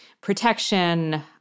protection